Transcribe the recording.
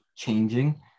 changing